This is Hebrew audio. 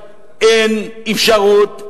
אין אפשרות,